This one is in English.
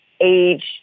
age